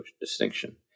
distinction